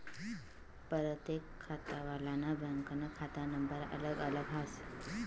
परतेक खातावालानं बँकनं खाता नंबर अलग अलग हास